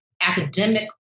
academic